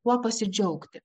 kuo pasidžiaugti